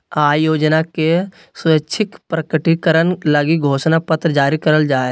आय योजना के स्वैच्छिक प्रकटीकरण लगी घोषणा पत्र जारी करल जा हइ